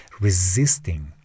resisting